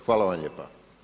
Hvala vam lijepa.